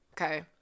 Okay